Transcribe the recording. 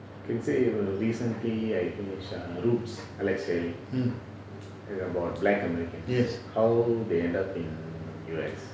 yes